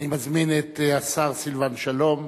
אני מזמין את השר סילבן שלום